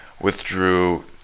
withdrew